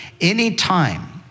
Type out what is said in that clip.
Anytime